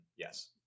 Yes